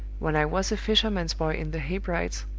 when i was a fisherman's boy in the hebrides,